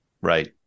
right